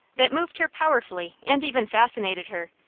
that moved her powerfully, and even fascinated her,